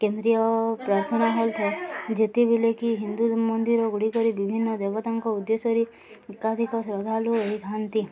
କେନ୍ଦ୍ରୀୟ ପ୍ରାର୍ଥନା ହୋଇଥାଏ ଯେତେବେଲେ କି ହିନ୍ଦୁ ମନ୍ଦିର ଗୁଡ଼ିକରେ ବିଭିନ୍ନ ଦେବତାଙ୍କ ଉଦ୍ଦେଶ୍ୟରେ ଏକାଧିକ ଶ୍ରଦ୍ଧାଲୁ ହୋଇଥାନ୍ତି